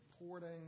reporting